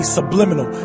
Subliminal